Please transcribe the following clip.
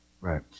Right